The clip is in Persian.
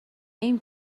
ایم